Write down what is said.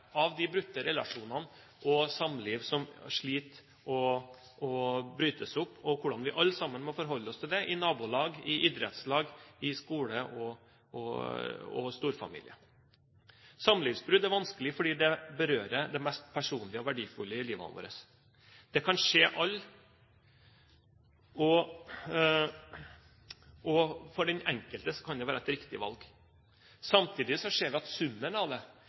av de brutte relasjonene og samliv som sliter og brytes opp, og hvordan vi alle sammen må forholde oss til det i nabolag, i idrettslag, i skole og storfamilie. Samlivsbrudd er vanskelig fordi det berører det mest personlige og verdifulle i livene våre. Det kan skje alle. For den enkelte kan det være et riktig valg. Samtidig ser vi at summen av det